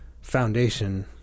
foundation